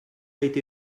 été